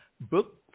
book